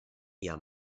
jam